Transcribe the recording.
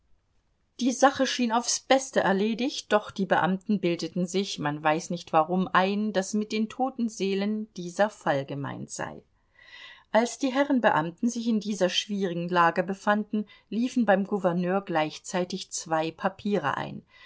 die sache schien aufs beste erledigt doch die beamten bildeten sich man weiß nicht warum ein daß mit den toten seelen dieser fall gemeint sei als die herren beamten sich in dieser schwierigen lage befanden liefen beim gouverneur gleichzeitig zwei papiere ein